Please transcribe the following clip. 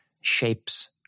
shapes